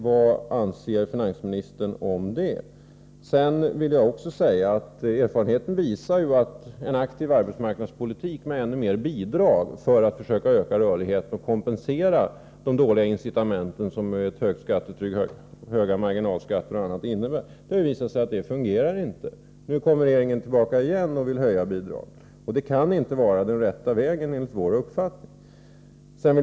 Vad anser finansministern om det? Erfarenheten visar att en aktiv arbetsmarknadspolitik, med mer bidrag för att försöka öka rörligheten och kompensera de dåliga incitament som ett tungt skattetryck, höga marginalskatter och annat ger, inte fungerar. Men nu kommer regeringen återigen tillbaka och vill höja bidragen. Det kan enligt min uppfattning inte vara den rätta vägen.